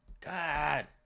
God